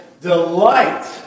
delight